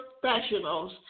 professionals